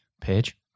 page